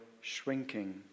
shrinking